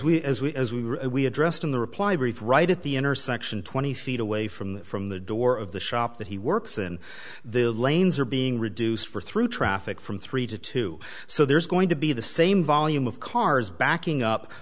we as we as we were we addressed in the reply brief right at the intersection twenty feet away from the from the door of the shop that he works and the lanes are being reduced for through traffic from three to two so there's going to be the same volume of cars backing up